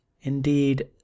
Indeed